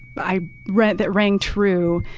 i read that rang true.